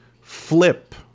flip